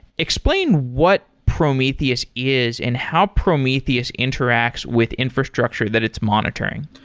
explain what prometheus is and how prometheus interacts with infrastructure that it's monitoring.